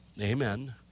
Amen